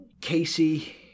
Casey